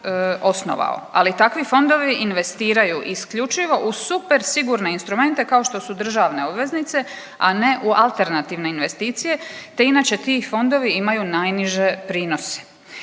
ali takvi fondovi investiraju isključivo u super sigurne instrumente kao što su državne obveznice, a ne u alternativne investicije, te inače ti fondovi imaju najniže prinose.